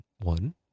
One